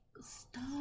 stop